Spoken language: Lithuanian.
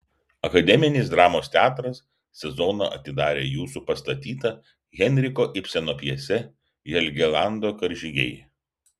akademinis dramos teatras sezoną atidarė jūsų pastatyta henriko ibseno pjese helgelando karžygiai